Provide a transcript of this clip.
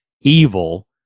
evil